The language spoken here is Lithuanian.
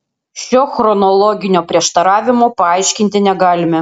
šio chronologinio prieštaravimo paaiškinti negalime